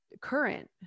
current